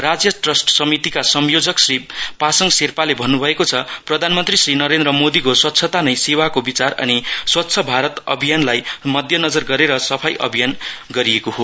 राज्य ट्रस्ट समितिका संयोजक श्री पासाङ सेर्पाले भन्नुभएको छ प्रधानमन्त्री श्री नरेन्द्र मोदीको स्वच्छता नै सेवाको विचार अनि स्वच्छ भारत अभियानलाई मध्यनजर गरेर सफाई अभियान गरिएको छ